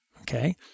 Okay